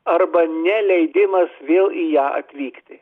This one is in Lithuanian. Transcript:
arba neleidimas vėl į ją atvykti